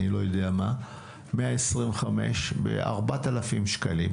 125 ב-4,000 שקלים,